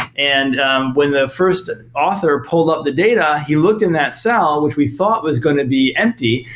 and when the first author pulled up the data, he looked in that cell which we thought was going to be empty.